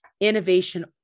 innovation